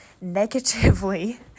Negatively